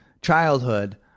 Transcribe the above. childhood